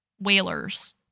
whalers